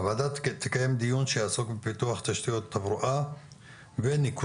הוועדה תקיים דיון שיעסוק בפיתוח תשתיות תברואה וניקוזים,